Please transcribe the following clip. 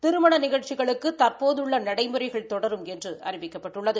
திருமண நிகழ்ச்சிகளுக்கு தற்போதுள்ள நடைமுறைகள் தொடரும் என்று அறிவிக்கப்பட்டுள்ளது